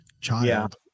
child